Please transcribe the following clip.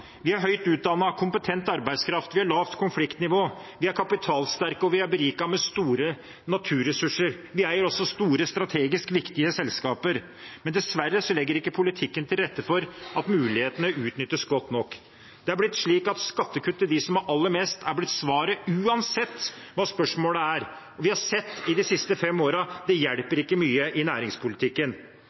Vi er høyt utdannet, har kompetent arbeidskraft. Vi har lavt konfliktnivå. Vi er kapitalsterke, og vi er beriket med store naturressurser. Vi eier også store strategisk viktige selskaper, men dessverre legger ikke politikken til rette for at mulighetene utnyttes godt nok. Det er blitt slik at skattekutt til dem som har aller mest, er blitt svaret, uansett hva spørsmålet er. Vi har sett i de siste fem årene at det hjelper ikke mye i næringspolitikken.